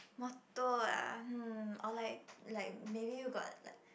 motto ah hmm or like like maybe you got like